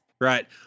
Right